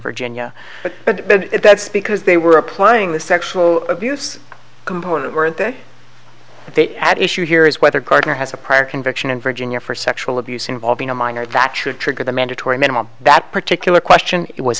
virginia but that's because they were applying the sexual abuse component weren't there they at issue here is whether gardner has a prior conviction in virginia for sexual abuse involving a minor that should trigger the mandatory minimum that particular question